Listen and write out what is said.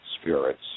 spirits